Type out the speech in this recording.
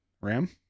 ram